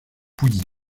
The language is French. pouilly